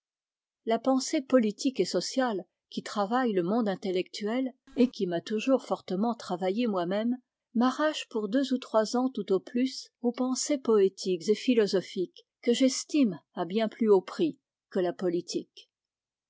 la pensée politique et sociale qui travaille le monde intellectuel et qui m'a toujours fortement travaillé moi-même m'arrache pour deux ou trois ans tout au plus aux pensées poétiques et philosophiques que j'estime à bien plus haut prix que la politique